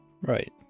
Right